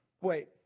Wait